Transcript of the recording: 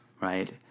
right